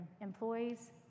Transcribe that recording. employees